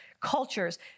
cultures